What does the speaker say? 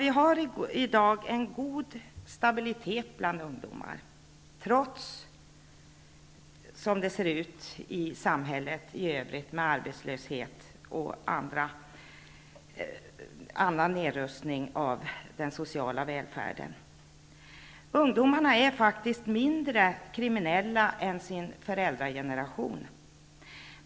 Det finns i dag en god stabilitet bland ungdomar -- trots arbetslöshet och annan nedrustning av den sociala välfärden i samhället. Ungdomarna är faktiskt mindre kriminella än föräldragenerationen.